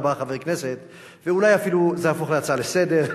ארבעה חברי כנסת ואולי זה אפילו יהפוך להצעה לסדר-היום,